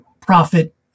profit